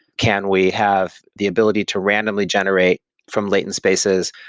can we have the ability to randomly generate from latent spaces,